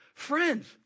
Friends